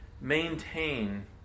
maintain